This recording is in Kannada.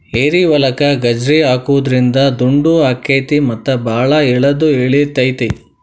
ಏರಿಹೊಲಕ್ಕ ಗಜ್ರಿ ಹಾಕುದ್ರಿಂದ ದುಂಡು ಅಕೈತಿ ಮತ್ತ ಬಾಳ ಇಳದು ಇಳಿತೈತಿ